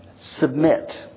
submit